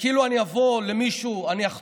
זה כאילו אני אבוא למישהו,